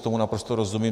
Tomu naprosto rozumím.